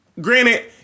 granted